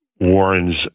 Warren's